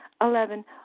Eleven